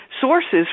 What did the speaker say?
sources